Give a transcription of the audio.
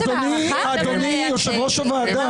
אדוני יושב-ראש הוועדה.